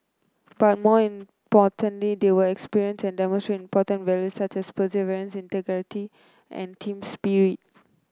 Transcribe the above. but more importantly they will experience and demonstrate important values such as perseverance integrity and team spirit